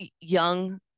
young